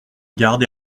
garde